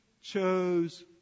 chose